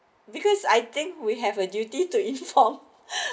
because I think we have a duty to inform